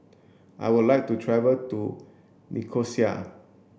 I would like to travel to Nicosia